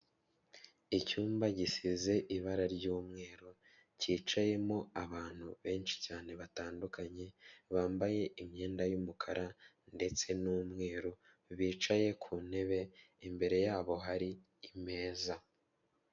Icyumba gisize ibara ry'umweru cyicayemo abantu benshi cyane batandukanye, bambaye imyenda y'umukara ndetse n'umweru, bicaye ku ntebe imbere yabo hari imeza.